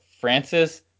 Francis